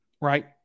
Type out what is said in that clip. right